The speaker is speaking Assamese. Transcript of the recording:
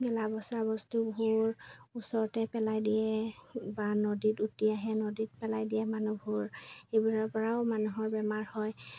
গেলা পচা বস্তুবোৰ ওচৰতে পেলাই দিয়ে বা নদীত উটি আহে নদীত পেলাই দিয়ে মানুহবোৰ এইবোৰৰপৰাও মানুহৰ বেমাৰ হয়